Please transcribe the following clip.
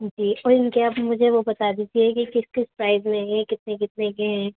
جی اور ان کے آپ مجھے وہ بتا دیجیے کہ کس کس پرائز میں ہیں کتنے کتنے کے ہیں